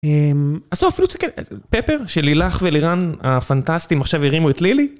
אממ, הסוף, אפילו תסתכל, "פפר" של לילך ולירן הפנטסטיים עכשיו הרימו את לילי?